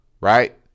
Right